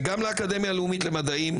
וגם לאקדמיה הלאומית למדעים,